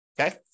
okay